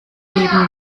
eben